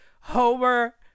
Homer